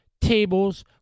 tables